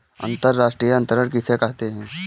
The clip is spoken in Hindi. अंतर्राष्ट्रीय अंतरण किसे कहते हैं?